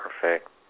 Perfect